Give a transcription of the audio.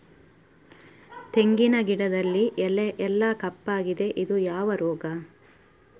ತೆಂಗಿನ ಗಿಡದಲ್ಲಿ ಎಲೆ ಎಲ್ಲಾ ಕಪ್ಪಾಗಿದೆ ಇದು ಯಾವ ರೋಗ?